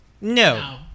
No